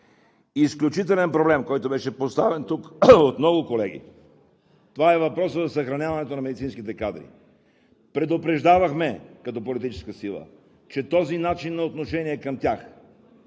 многословен, който беше поставен тук от много колеги, това е въпросът за съхраняването на медицинските кадри. Предупреждавахме като политическа сила, че този начин на отношение към тях